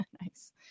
Nice